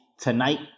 tonight